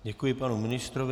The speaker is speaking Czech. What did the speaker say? Děkuji panu ministrovi.